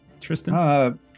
Tristan